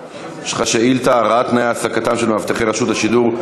יש לך שאילתה לראש הממשלה: הרעת תנאי העסקתם של מאבטחי רשות השידור.